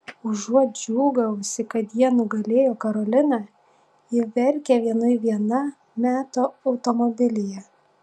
užuot džiūgavusi kad jie nugalėjo karoliną ji verkia vienui viena meto automobilyje